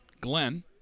Glenn